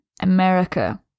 America